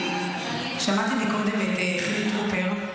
שמעתי קודם את חילי טרופר.